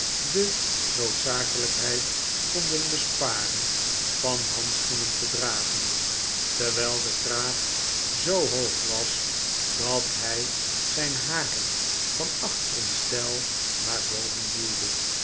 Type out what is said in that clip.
de noodzakelijkheid konden besparen van handschoenen te dragen terwijl de kraag zoo hoog was dat hij zijn haren van achteren steil naar boven duwde